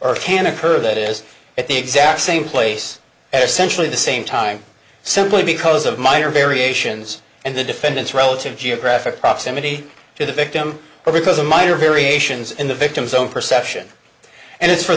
or can occur that is at the exact same place as centrally the same time simply because of minor variations and the defendant's relative geographic proximity to the victim or because a minor variations in the victim's own perception and it's for